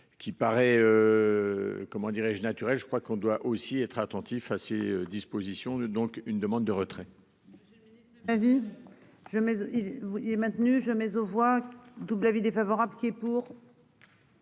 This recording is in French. dirais-je naturel je crois qu'on doit aussi être attentif à ces dispositions donc une demande de retrait.--